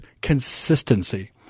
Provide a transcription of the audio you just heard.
consistency